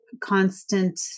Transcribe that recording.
constant